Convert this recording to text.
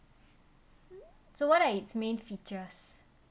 so what are its main features